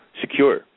secure